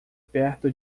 perto